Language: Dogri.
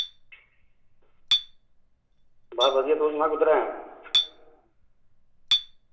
में बधियां तूं सनाऽ कुद्धर ऐं